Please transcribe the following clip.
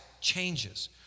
changes